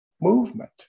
movement